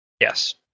Yes